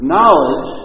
Knowledge